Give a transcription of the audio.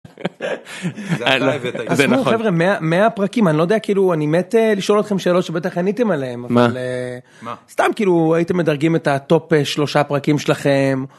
עזבו חבר'ה, 100... 100 פרקים! אני לא יודע כאילו... אני מת לשאול אתכם שאלות שבטח עניתם עליהם, אבל אה.... מה? מה? סתם, כאילו הייתם מדרגים את הטופ שלושה פרקים שלכם...